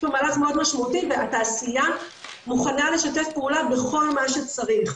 יש פה מהלך מאוד משמעותי והתעשייה מוכנה לשתף פעולה בכל מה שצריך.